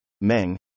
Meng